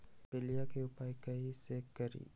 पीलिया के उपाय कई से करी?